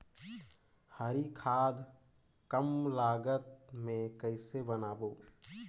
हरी खाद कम लागत मे कइसे बनाबो?